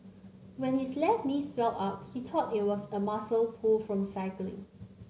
when his left knee swelled up he thought it was a muscle pull from cycling